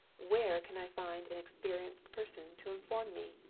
where can i find an experienced person to inform me?